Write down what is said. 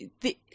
The-